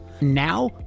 now